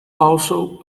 also